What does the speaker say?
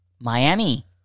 Miami